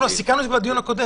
סיכמנו את זה בדיון הקודם